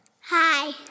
Hi